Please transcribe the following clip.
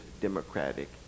democratic